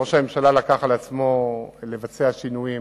ראש הממשלה לקח על עצמו לבצע שינויים